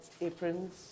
aprons